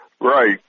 Right